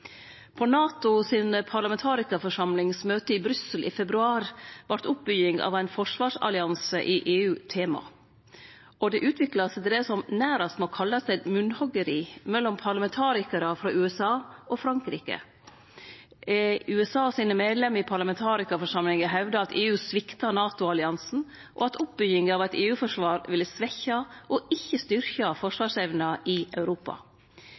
På møte i NATOs parlamentarikarforsamling i Brussel i februar vart oppbygging av ein forsvarsallianse i EU tema, og det utvikla seg til det som ein nærast må kalle eit munnhoggeri mellom parlamentarikarar frå USA og Frankrike. USAs medlemmer i parlamentarikarforsamlinga hevda at EU svikta NATO-alliansen, og at oppbygginga av eit EU-forsvar ville svekkje, ikkje styrkje forsvarsevna i Europa.